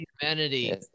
humanity